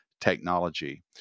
technology